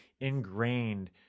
ingrained